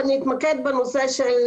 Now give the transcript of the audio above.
ואני אתמקד בנושא של